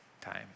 time